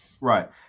Right